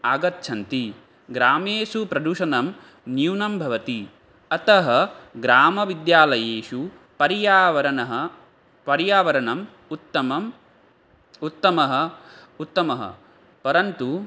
आगच्छन्ति ग्रामेषु प्रदूषणं न्यूनं भवति अतः ग्रामविद्यालयेषु पर्यावरणः पर्यावरणम् उत्तमम् उत्तमः उत्तमः परन्तु